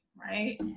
right